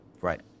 Right